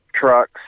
trucks